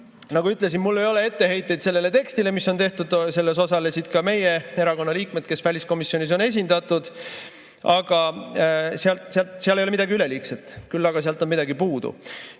Nagu ütlesin, mul ei ole etteheiteid sellele tekstile, mis on tehtud, selles osalesid ka meie erakonna liikmed, kes on väliskomisjonis esindatud. Seal ei ole midagi üleliigset, küll aga sealt on midagi puudu.